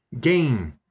gain